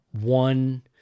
one